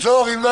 אמרה